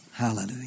Hallelujah